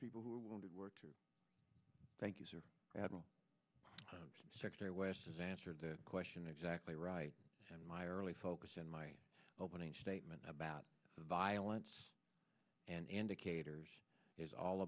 people who are willing to work to thank you sir madam secretary west has answered the question exactly right and my early focus in my opening statement about violence and indicators is all